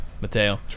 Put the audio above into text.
Mateo